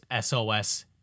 SOS